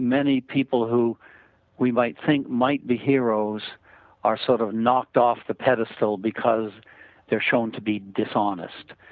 many people who we might think might be heroes are sort of knocked off the pedestal because they are shown to be dishonest.